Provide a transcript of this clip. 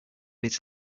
its